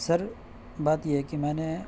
سر بات یہ ہے کہ میں نے